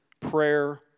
Prayer